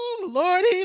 lordy